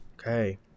Okay